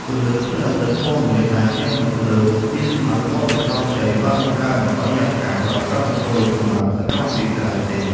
ពន្លឺព្រះអាទិត្យពណ៌មាសដែលជះមកលើវាលស្មៅពណ៌បៃតងខ្ចីបានបង្កើតនូវបរិយាកាសដ៏ស្រស់បំព្រងសម្រាប់សកម្មភាពក្រៅផ្ទះ។